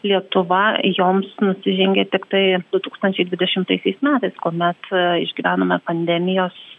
lietuva joms nusižengė tiktai du tūkstančiai dvidešimtaisiais metais kuomet išgyvenome pandemijos